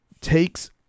takes